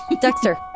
Dexter